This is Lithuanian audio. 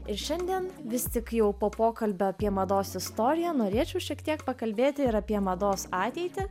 ir šiandien vis tik jau po pokalbio apie mados istoriją norėčiau šiek tiek pakalbėti ir apie mados ateitį